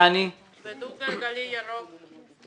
בדו גלגלי ירוק,